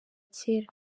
cyera